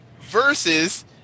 versus